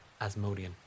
Asmodian